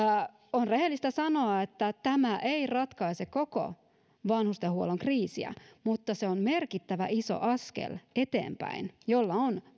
on rehellistä sanoa että tämä ei ratkaise koko vanhustenhuollon kriisiä mutta se on merkittävä iso askel eteenpäin ja sillä on